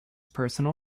personal